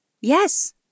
yes